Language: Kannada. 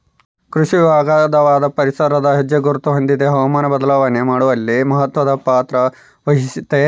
ಕೃಷಿಯು ಅಗಾಧವಾದ ಪರಿಸರದ ಹೆಜ್ಜೆಗುರುತ ಹೊಂದಿದೆ ಹವಾಮಾನ ಬದಲಾವಣೆ ಮಾಡುವಲ್ಲಿ ಮಹತ್ವದ ಪಾತ್ರವಹಿಸೆತೆ